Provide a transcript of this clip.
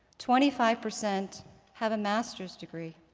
twenty five percent have a master's degree.